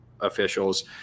officials